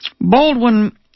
Baldwin